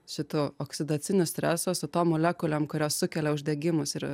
šitu oksidaciniu stresu su tom molekulėm kurios sukelia uždegimus ir